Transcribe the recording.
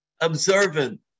observant